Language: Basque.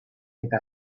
eta